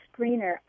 screener